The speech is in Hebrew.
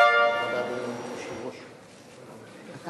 18:00. עד